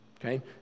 Okay